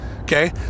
okay